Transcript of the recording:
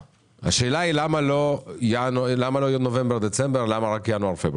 השאלה היא למה לא נובמבר-דצמבר אלא רק ינואר-פברואר.